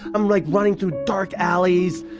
i'm like running through dark alleys,